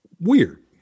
weird